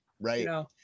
Right